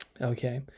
Okay